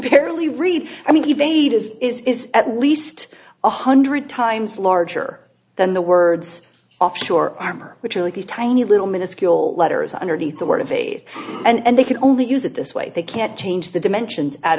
barely read i mean the bait is is is at least one hundred times larger than the words offshore armor which really these tiny little minuscule letters underneath the word invade and they can only use it this way they can't change the dimensions at